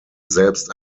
selbst